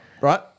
right